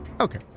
Okay